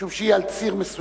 משום שהיא על ציר מסוים.